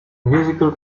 musical